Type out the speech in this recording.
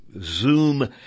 Zoom